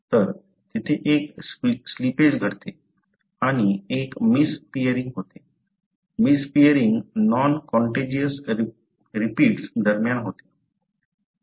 तर तेथे एक स्लिपेज घडते आणि एक मिस पेअरिंग होते पेअरिंग नॉन काँटिजियस रिपीट्स दरम्यान होते